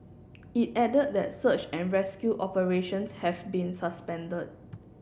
it added that search and rescue operations have been suspended